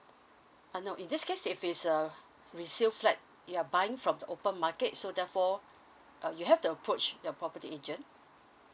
uh no in this case if it's a resale flat you are buying from the open market so therefore uh you have to approached the property agent